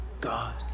God